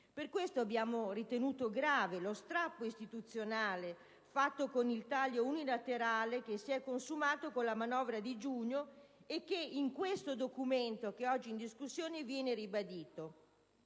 Per questo abbiamo ritenuto grave lo strappo istituzionale fatto con il taglio unilaterale che si è consumato con la manovra di giugno e che viene ribadito nel documento oggi in discussione. A fronte